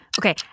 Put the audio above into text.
Okay